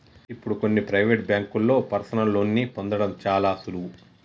ఇప్పుడు కొన్ని ప్రవేటు బ్యేంకుల్లో పర్సనల్ లోన్ని పొందడం చాలా సులువు